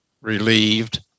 relieved